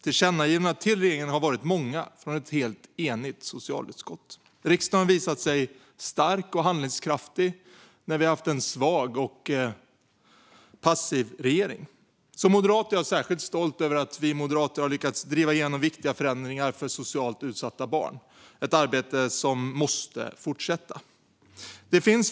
Tillkännagivandena till regeringen har varit många från ett helt enigt socialutskott. Riksdagen har visat sig stark och handelskraftig när vi haft en svag och passiv regering. Som moderat är jag särskilt stolt över att vi moderater lyckats driva igenom viktiga förändringar för socialt utsatta barn, ett arbete som måste fortsätta. Fru talman!